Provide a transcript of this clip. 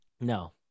no